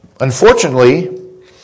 Unfortunately